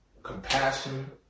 compassion